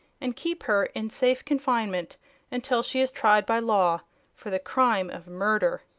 and keep her in safe confinement until she is tried by law for the crime of murder.